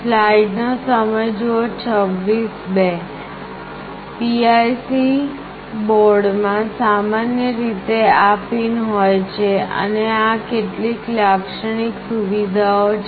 slide નો સમય જુઓ 2602 PIC બોર્ડમાં સામાન્ય રીતે આ પિન હોય છે અને આ કેટલીક લાક્ષણિક સુવિધાઓ છે